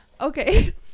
okay